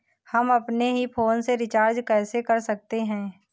हम अपने ही फोन से रिचार्ज कैसे कर सकते हैं?